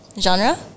genre